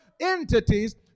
entities